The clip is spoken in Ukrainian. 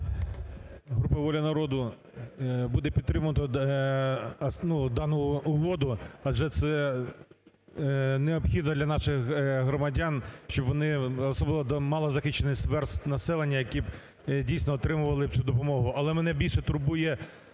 Група "Воля народу" буде підтримувати дану угоду. Адже це необхідно для наших громадян, щоб вони… особливо до малозахищених верст населення, які б, дійсно, отримували цю допомогу. Але мене більше турбує